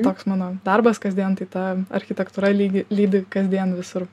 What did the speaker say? toks mano darbas kasdien tai ta architektūra lygi lydi kasdien visur